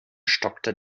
stockte